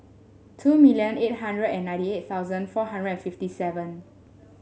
two million eight hundred and ninety eight thousand four hundred and fifty seven